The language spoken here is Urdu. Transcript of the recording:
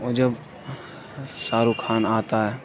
وہ جب شاہ رُخ خان آتا ہے